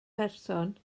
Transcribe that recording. person